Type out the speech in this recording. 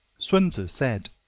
sun tzu said